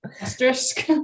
Asterisk